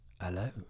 hello